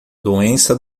doença